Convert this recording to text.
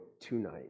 tonight